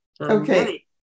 okay